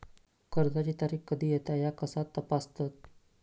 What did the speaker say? कर्जाची तारीख कधी येता ह्या कसा तपासतत?